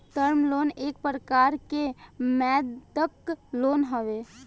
term loan एक प्रकार के मौदृक लोन हवे